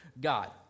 God